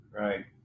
Right